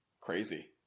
crazy